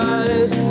eyes